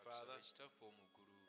Father